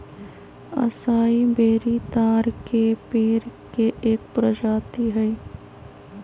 असाई बेरी ताड़ के पेड़ के एक प्रजाति हई